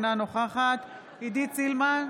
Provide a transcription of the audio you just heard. אינה נוכחת עידית סילמן,